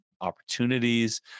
opportunities